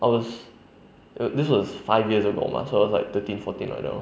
I was it was this was five years ago mah so was like thirteen fourteen like that lor